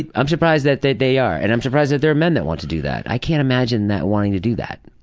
and i'm surprised that they they are and i'm surprised that there are men that want to do that. i can't imagine wanting to do that.